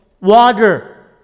Water